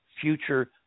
future